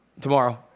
Tomorrow